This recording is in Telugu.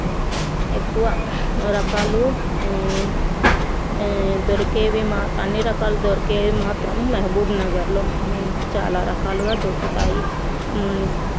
ఎక్కువ రకాలు దొరికేవి అన్ని రకాల దొరికేవి మాత్రం మెహబూబ్ నగర్లో చాలా రకాలుగా దొరుకుతాయి